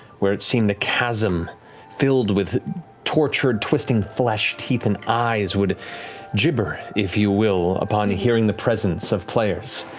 where it seemed a chasm filled with tortured, twisting flesh, teeth, and eyes would gibber, if you will, upon hearing the presence of players.